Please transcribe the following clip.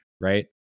right